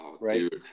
Right